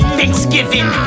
Thanksgiving